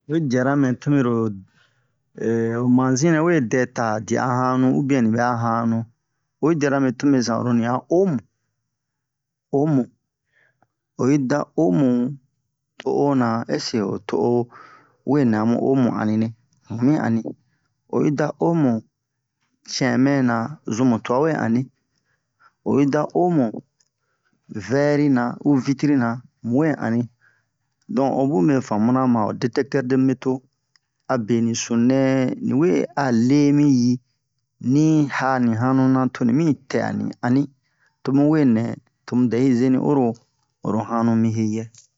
Oyi diara me to mero ho manzi nɛ we dɛ ta diɛ a hanu ubiɛn ni bɛ'a hanu oyi diara me tome zan oro ni a omu omu oyi da omu to'ona ɛse'e ho to'o we a mu omu we ani ne mu mi ani oyi da omu cɛmɛ na zu mu twa we ani oyi da omu vɛri na u vitrina mu we ani don ho bun mɛ famuna ma ho detɛktɛr-de-meto abe ni sununɛ ni we a le mi yi ni yi ha ni hanu na toni mi tɛ a ni ani to mu we nɛ to mu dɛ'i zeni oro oro hanu mi heyɛ